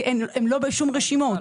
כי הם לא בשום רשימות.